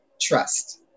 trust